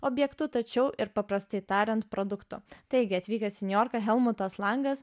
objektu tačiau ir paprastai tariant produktu taigi atvykęs į niujorką helmutas langas